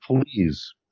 please